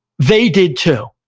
they did too.